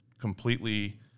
completely